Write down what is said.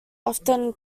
often